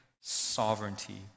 sovereignty